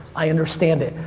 i understand it,